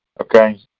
Okay